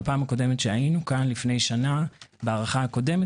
בפעם הקודמת שהיינו פה לפני שנה בהארכה הקודמת